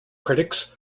critics